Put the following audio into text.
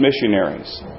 missionaries